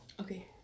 Okay